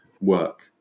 work